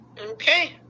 Okay